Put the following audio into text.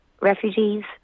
refugees